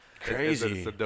crazy